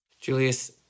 Julius